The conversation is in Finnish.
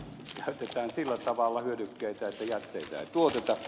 käytetään sillä tavalla hyödykkeitä että jätteitä ei tuoteta